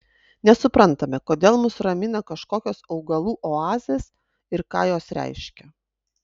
nesuprantame kodėl mus ramina kažkokios augalų oazės ir ką jos reiškia